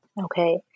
okay